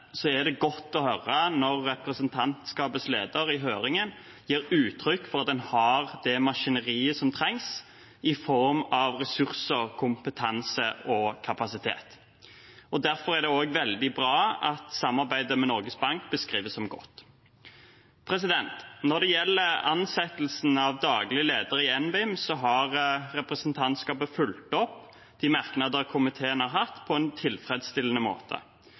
er det godt å høre når representantskapets leder i høringen gir uttrykk for at en har det maskineriet som trengs i form av ressurser, kompetanse og kapasitet. Derfor er det også veldig bra at samarbeidet med Norges Bank beskrives som godt. Når det gjelder ansettelsen av daglig leder i NBIM, Norges Bank Investment Management, har representantskapet fulgt opp de merknader komiteen har hatt, på en tilfredsstillende måte.